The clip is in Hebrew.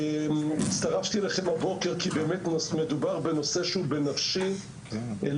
אין כמו הציטוט של הנשיא המנוח ג'ון קנדי, באחד